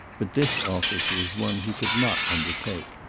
but this office was one he could not undertake.